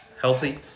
healthy